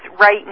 right